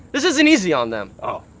this isn't easy on them. oh.